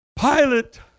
Pilate